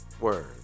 word